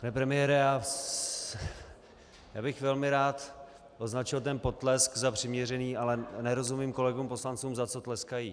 Pane premiére, já bych velmi rád označil ten potlesk za přiměřený, ale nerozumím kolegům poslancům, za co tleskají.